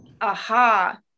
aha